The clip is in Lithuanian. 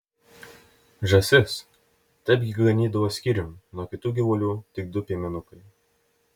žąsis taipgi ganydavo skyrium nuo kitų gyvulių tik du piemenukai